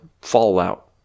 fallout